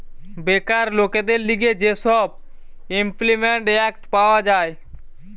বেকার লোকদের লিগে যে সব ইমল্পিমেন্ট এক্ট পাওয়া যায়